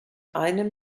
einem